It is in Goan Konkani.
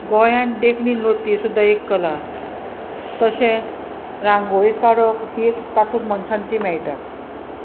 गोंयान देखणी नृत्य ही सुद्दां एक कला तशेंच रांगोळी काडप ही एक तातूंत मनशांती मेळटा